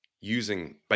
using